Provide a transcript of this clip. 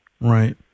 Right